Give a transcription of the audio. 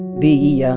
the yeah